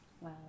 Wow